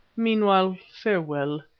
meanwhile, farewell!